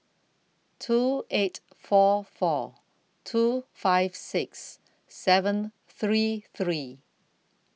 two eight four four two five six seven three three